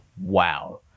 wow